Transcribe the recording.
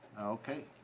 Okay